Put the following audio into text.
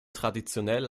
traditionell